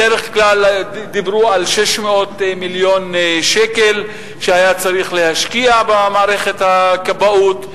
בדרך כלל דיברו על 600 מיליון שקלים שהיה צריך להשקיע במערכת הכבאות,